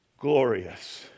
glorious